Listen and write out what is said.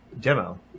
demo